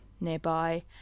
nearby